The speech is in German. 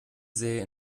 sähe